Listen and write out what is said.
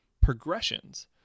progressions